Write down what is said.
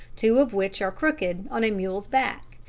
two of which are crooked on a mule's back,